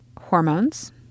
Hormones